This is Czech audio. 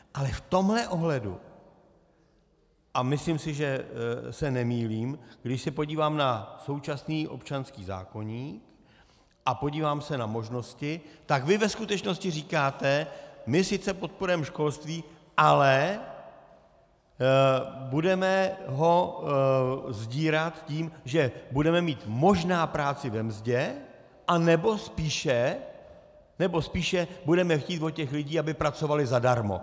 Ale v tomhle ohledu, a myslím si, že se nemýlím, když se podívám na současný občanský zákoník a podívám se na možnosti, tak vy ve skutečnosti říkáte: My sice podporujeme školství, ale budeme ho sdírat tím, že budeme mít možná práci ve mzdě, anebo spíše budeme chtít od těch lidí, aby pracovali zadarmo.